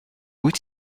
wyt